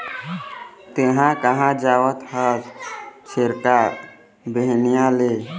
तेंहा कहाँ जावत हस छेरका, बिहनिया ले?